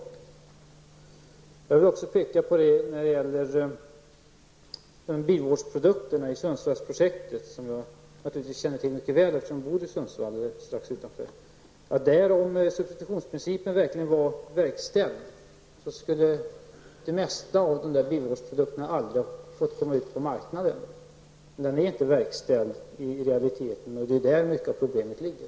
När det gäller Sundsvallsprojektet och den undersökning av bilvårdsprodukter som har gjorts vill jag säga följande. Naturligtvis känner jag till detta mycket väl. Jag bor nämligen strax utanför Sundsvall. Om substitutionsprincipen verkligen var verkställd, skulle flertalet av de här aktuella bilvårdsprodukterna aldrig ha fått komma ut på marknaden. I realiteten är alltså den här principen inte verkställd. Det är däri som mycket av problemet ligger.